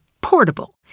portable